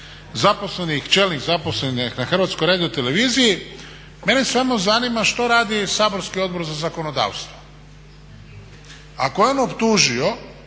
zaposlenih, čelnih zaposlenih na HRT-u. Mene samo zanima što radi saborski Odbor za zakonodavstvo. Ako je on optužio